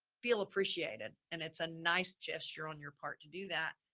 feel appreciated and it's a nice gesture on your part to do that.